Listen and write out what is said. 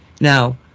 Now